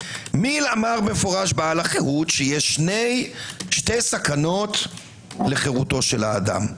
מיל אמר במפורש בעל החירות שיש שתי סכנות לחירות האדם: